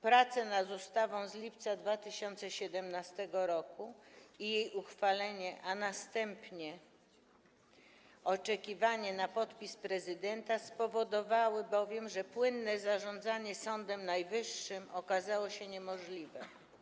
Prace nad ustawą z lipca 2017 r., jej uchwalenie, a następnie oczekiwanie na podpis prezydenta spowodowały bowiem, że płynne zarządzanie Sądem Najwyższym okazało się niemożliwe.